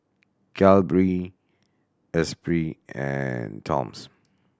Calbee Esprit and Toms